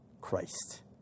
Christ